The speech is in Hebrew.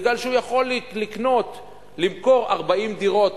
בגלל שהוא יכול למכור 40 דירות.